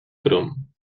crom